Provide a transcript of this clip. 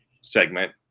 segment